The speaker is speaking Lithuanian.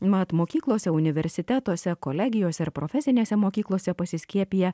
mat mokyklose universitetuose kolegijose ir profesinėse mokyklose pasiskiepiję